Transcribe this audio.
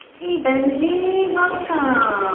hey, benji! welcome!